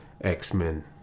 X-Men